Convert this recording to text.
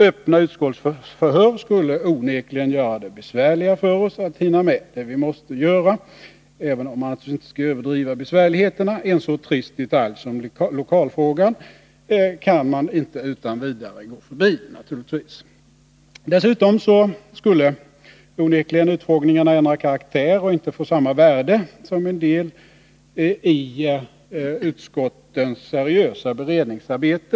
Öppna utskottsförhör skulle onekligen göra det besvärligare för oss att hinna med det vi måste göra, även om man naturligtvis inte skall överdriva besvärligheterna. En så trist detalj som lokalfrågan kan man emellertid inte utan vidare gå förbi. Dessutom skulle onekligen utfrågningarna ändra karaktär och inte få samma värde som en del av utskottens seriösa beredningsarbete.